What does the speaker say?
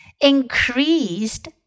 Increased